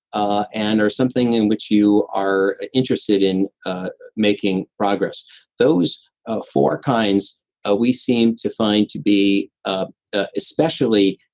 ah and or something in which you are interested in making progress those ah four kinds ah we seem to find to be ah ah especially